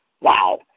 wow